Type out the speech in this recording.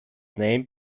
named